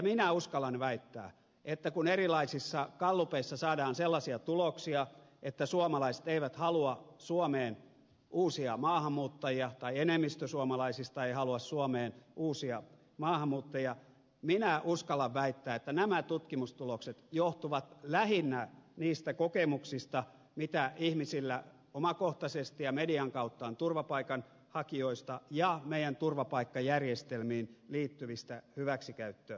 minä uskallan väittää että kun erilaisissa gallupeissa saadaan sellaisia tuloksia että suomalaiset eivät halua suomeen uusia maahanmuuttajia tai enemmistö suomalaisista ei halua suomeen uusia maahanmuuttajia niin nämä tutkimustulokset johtuvat lähinnä niistä kokemuksista mitä ihmisillä omakohtaisesti ja median kautta on turvapaikanhakijoista ja meidän turvapaikkajärjestelmiimme liittyvistä hyväksikäyttöilmiöistä